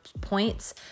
points